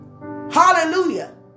Hallelujah